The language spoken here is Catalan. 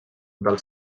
del